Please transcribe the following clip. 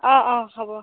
অ অ হ'ব